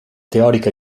teòrica